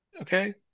okay